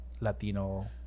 Latino